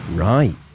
Right